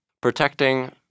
protecting